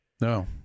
No